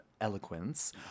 eloquence